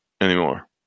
anymore